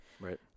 Right